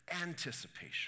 anticipation